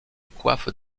coiffe